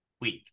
week